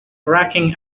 racking